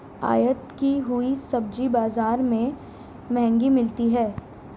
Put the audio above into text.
आयत की हुई सब्जी बाजार में महंगी मिलती है